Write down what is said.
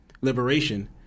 liberation